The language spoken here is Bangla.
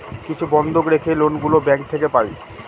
কিছু বন্ধক রেখে লোন গুলো ব্যাঙ্ক থেকে পাই